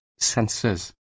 sensors